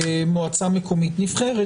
במועצה מקומית נבחרת.